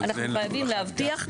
אנחנו חייבים להבטיח,